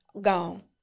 Gone